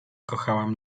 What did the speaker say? kochałam